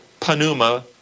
panuma